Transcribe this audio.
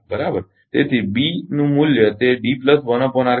તેથી બી મૂલ્ય તે કરતા ઓછું હોઈ શકતું નથી બરાબર